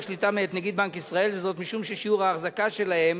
שליטה מאת נגיד בנק ישראל משום ששיעור ההחזקה שלהם